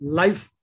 life